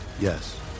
Yes